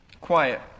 quiet